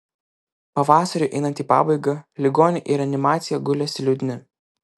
pavasariui einant į pabaigą ligoniai į reanimaciją gulėsi liūdni